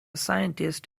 scientist